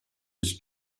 was